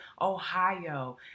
Ohio